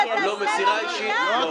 תנו לנו הצעה בכתב.